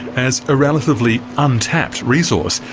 as a relatively untapped resource,